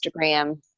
Instagram